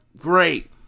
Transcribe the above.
great